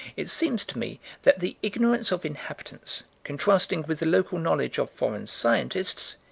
it seems to me that the ignorance of inhabitants, contrasting with the local knowledge of foreign scientists,